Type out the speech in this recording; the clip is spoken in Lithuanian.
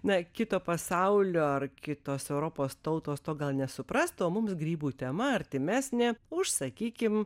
na kito pasaulio ar kitos europos tautos to gal nesuprastų o mums grybų tema artimesnė užsakykim